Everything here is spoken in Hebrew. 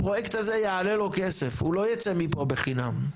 הפרויקט הזה יעלה לו כסף, הוא לא יצא מפה בחינם.